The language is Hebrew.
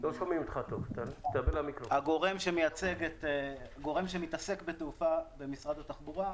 הדבר השלישי והרביעי מחברים אותנו למשבר הקורונה.